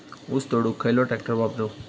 ऊस तोडुक खयलो ट्रॅक्टर वापरू?